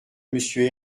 monsieur